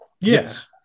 Yes